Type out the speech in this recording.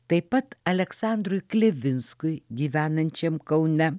taip pat aleksandrui klevinskui gyvenančiam kaune